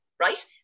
Right